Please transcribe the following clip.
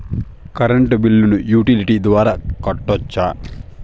Current బిల్లును utility ద్వారా కట్టొచ్చా?